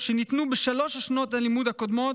שניתנו בשלוש שנות הלימוד הקודמות,